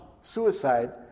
suicide